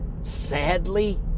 sadly